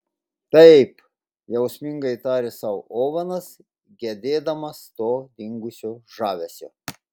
taip jausmingai tarė sau ovenas gedėdamas to dingusio žavesio